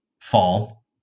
fall